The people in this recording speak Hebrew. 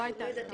לא הייתה הסכמה.